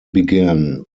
began